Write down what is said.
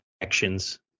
actions